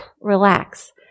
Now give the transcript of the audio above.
relax